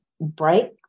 break